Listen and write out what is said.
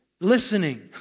listening